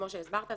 כמו שהסברת,